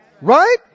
Right